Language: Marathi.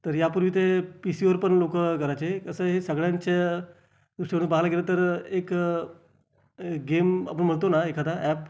तर यापूर्वी ते पी सीवर पण लोकं करायचे कसं आहे हे सगळ्यांच्या दृष्टीवरून पाहायला गेलं तर एक गेम आपण म्हणतो ना एखादा ॲप